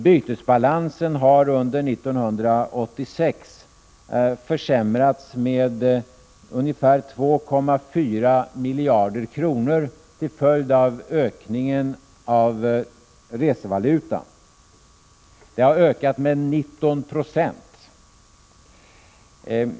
Bytesbalansen har under 1986 försämrats med ungefär 2,4 miljarder kronor till följd av ökningen av resevalutan, som varit 19 26.